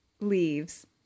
leaves